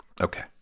Okay